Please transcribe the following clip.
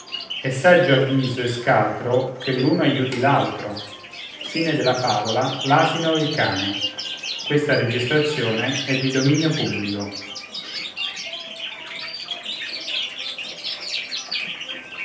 è saggio avviso e scaltro che l'uno aiuti l altro e il